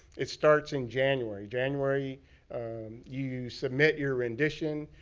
it starts in january. january you submit your rendition.